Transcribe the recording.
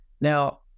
Now